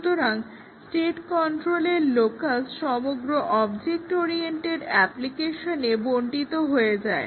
সুতরাং স্টেট কন্ট্রোলের লোকাস সমগ্র অবজেক্ট ওরিয়েন্টেড অ্যাপ্লিকেশনে বন্টিত হয়ে যায়